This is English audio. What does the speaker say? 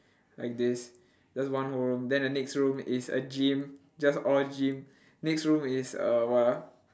like this just one whole room then the next room is a gym just all gym next room is a what ah